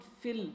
fill